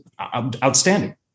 outstanding